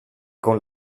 con